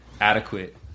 adequate